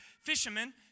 fishermen